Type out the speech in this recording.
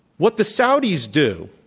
what the saudis do,